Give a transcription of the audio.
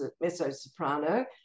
mezzo-soprano